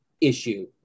issue